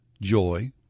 joy